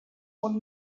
und